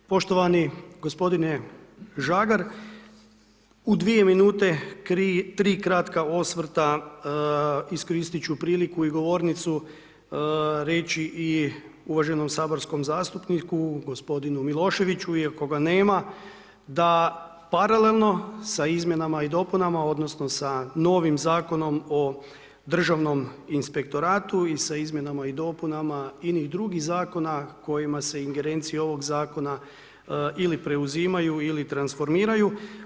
Poštovani g. Žagar, u dvije minute tri kratka osvrta, iskoristi ću priliku i govornicu reći i uvaženom saborskom zastupniku g. Miloševiću iako ga nema, da paralelno sa izmjenama i dopunama odnosno sa novim Zakonom o Državnom inspektoratu i sa izmjenama i dopunama inih drugih zakona kojima se ingerencija ovog Zakona ili preuzimaju ili transformiraju.